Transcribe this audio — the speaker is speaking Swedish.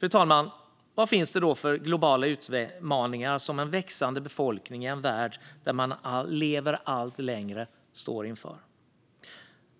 Fru talman! Vad finns det då för globala utmaningar som en växande befolkning i en värld där man lever allt längre står inför?